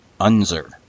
Unzer